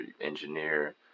engineer